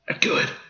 good